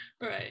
Right